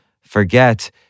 forget